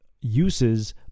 Uses